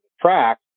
track